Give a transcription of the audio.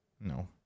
No